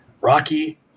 Rocky